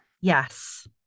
Yes